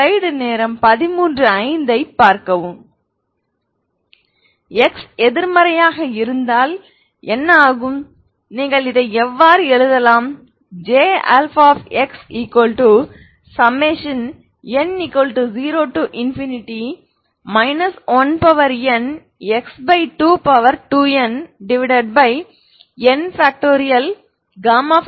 x எதிர்மறையாக இருந்தால் என்ன ஆகும் நீங்கள் இதை இவ்வாறு எழுதலாம் Jxn0 1nx22nn